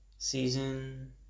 Season